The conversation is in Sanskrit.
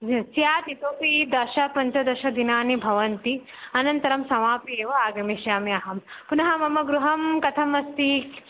स्यात् इतोपि दश पञ्चदश दिनानि भवन्ति अनन्तरं समाप्य एव आगमिष्यामि अहं पुनः मम गृहं कथमस्ति